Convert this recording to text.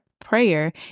Prayer